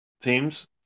teams